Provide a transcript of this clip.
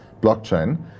blockchain